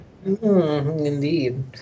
Indeed